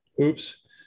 Oops